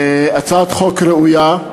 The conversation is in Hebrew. הצעת החוק ראויה,